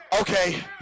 Okay